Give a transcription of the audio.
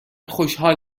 خوشحال